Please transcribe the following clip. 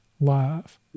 live